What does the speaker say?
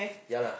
ya lah